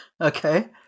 Okay